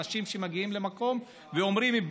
אנשים שמגיעים למקום ואומרים,